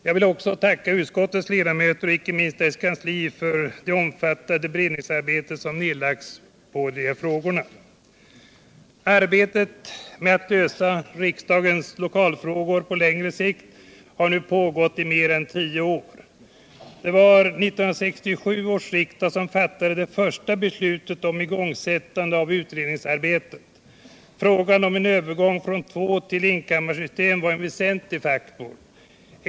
Jag vill också tacka utskottets ledamöter och icke minst dess kansli för det omfattande beredningsarbete som nedlagts på frågorna. Arbetet på att lösa riksdagens lokalfrågor på längre sikt har nu pågått sedan mer än tio år. Det var 1967 års riksdag som fattade det första beslutet om igångsättandet av utredningsarbetet. Frågan om övergång från två till enkammarsystem var en väsentlig faktor.